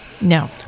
No